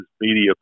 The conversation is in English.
media